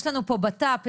יש לנו פה את בט"פ.